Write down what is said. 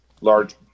large